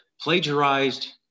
plagiarized